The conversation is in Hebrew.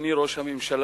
אדוני ראש הממשלה,